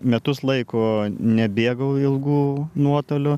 metus laiko nebėgau ilgų nuotolių